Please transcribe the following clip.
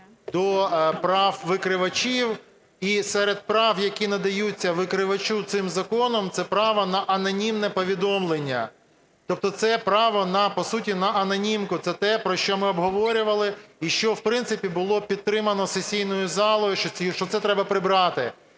до прав викривачів. І серед прав, які надаються викривачу цим законом, це право на анонімне повідомлення. Тобто це право, по суті, на анонімку. Це те, про що ми обговорювали і що, в принципі, було підтримано сесійною залою, що це треба прибрати.